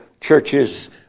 churches